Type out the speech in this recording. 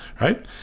right